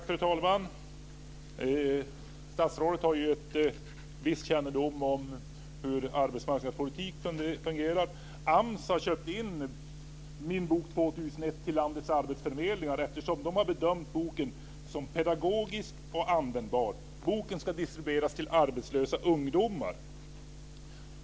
Fru talman! Statsrådet har ju en viss kännedom om hur arbetsmarknadspolitik fungerar. AMS har köpt in Min bok 2001 till landets arbetsförmedlingar, eftersom de har bedömt boken som pedagogisk och användbar. Boken ska distribueras till arbetslösa ungdomar.